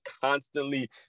constantly